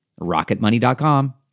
rocketmoney.com